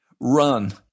run